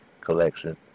collection